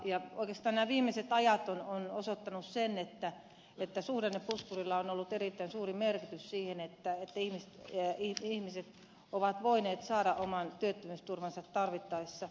oikeastaan nämä viimeiset ajat ovat osoittaneet sen että suhdannepuskurilla on ollut erittäin suuri merkitys sille että ihmiset ovat voineet saada oman työttömyysturvansa tarvittaessa